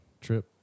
trip